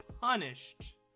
punished